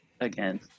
again